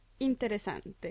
interesante